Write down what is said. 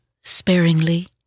sparingly